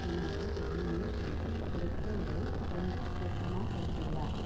என்னோடய daily news எனக்கு கிடைக்கலை கொஞ்சம் சுருக்கமாக சொல்கிறியா